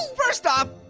first off,